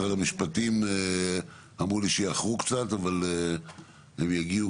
משרד המשפטים אמרו לי שיאחרו קצת אבל הם יגיעו